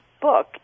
book